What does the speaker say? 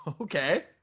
okay